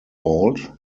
fault